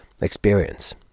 experience